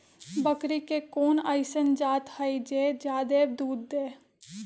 बकरी के कोन अइसन जात हई जे जादे दूध दे?